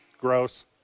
gross